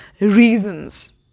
reasons